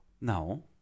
No